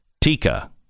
Tika